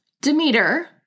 Demeter